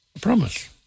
promise